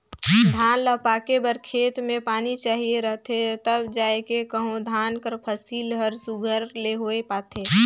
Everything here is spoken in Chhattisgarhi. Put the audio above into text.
धान ल पाके बर खेत में पानी चाहिए रहथे तब जाएके कहों धान कर फसिल हर सुग्घर ले होए पाथे